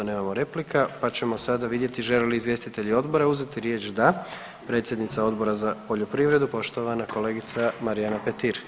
Nemamo replika, pa ćemo sada vidjeti žele li izvjestitelji odbora uzeti riječ, da, predsjednica Odbora za poljoprivredu poštovana kolegica Marijana Petir.